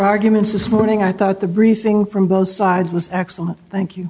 arguments this morning i thought the briefing from both sides was excellent thank you